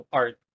art